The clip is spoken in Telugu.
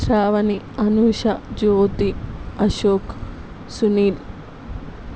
శ్రావణి అనూష జ్యోతి అశోక్ సునీల్